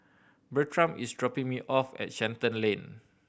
Bertram is dropping me off at Shenton Lane